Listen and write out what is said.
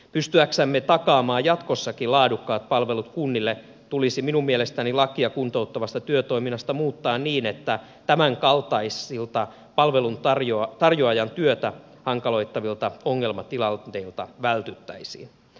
pystyäksemme takaamaan jatkossakin laadukkaat palvelut kunnille tulisi minun mielestäni lakia kuntouttavasta työtoiminnasta muuttaa niin että tämän kaltaisilta palveluntarjoajan työtä hankaloittavilta ongelmatilanteilta vältyttäisiin